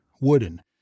wooden